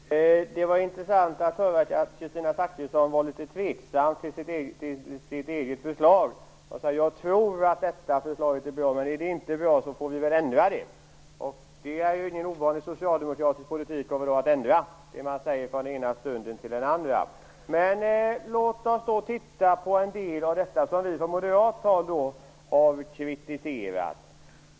Fru talman! Det var intressant att höra att Kristina Zakrisson var litet tveksam till sitt eget förslag. Hon sade att hon tror att detta förslag är bra, men om det inte är det så får man väl ändra det. Det är ju ingen ovanlig socialdemokratisk politik - man ändrar det man säger från den ena stunden till den andra. Låt oss titta på en del av det som vi från moderat håll har kritiserat.